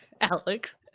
Alex